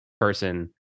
person